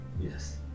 Yes